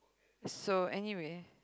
so anyway